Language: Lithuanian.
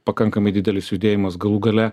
pakankamai didelis judėjimas galų gale